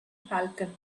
falcon